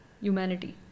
Humanity